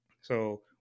So-